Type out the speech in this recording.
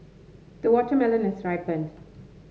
the watermelon has ripened